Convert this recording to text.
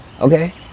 okay